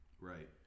Right